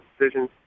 decisions